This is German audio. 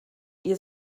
ihr